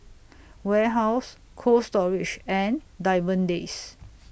Warehouse Cold Storage and Diamond Days